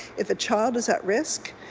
if a child is at risk,